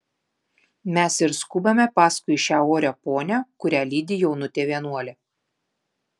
mes ir skubame paskui šią orią ponią kurią lydi jaunutė vienuolė